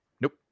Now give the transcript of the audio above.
Nope